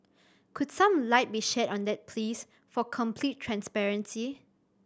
could some light be shed on that please for complete transparency